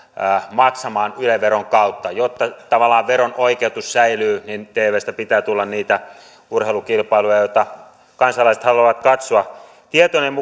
maksamaan yle veron kautta jotta tavallaan veron oikeutus säilyy niin tvstä pitää tulla niitä urheilukilpailuja joita kansalaiset haluavat katsoa tietojeni